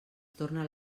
torna